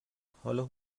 حالا